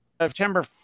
september